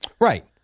Right